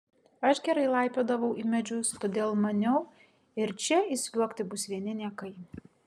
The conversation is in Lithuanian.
aš gerai laipiodavau į medžius todėl maniau ir čia įsliuogti bus vieni niekai